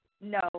no